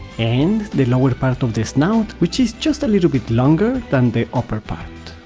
and the lower part of the snout which is just a little bit longer than the upper part.